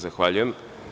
Zahvaljujem.